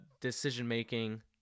decision-making